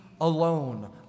alone